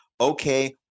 okay